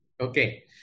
Okay